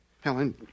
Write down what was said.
Helen